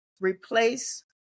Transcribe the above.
replace